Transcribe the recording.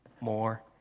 more